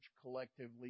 collectively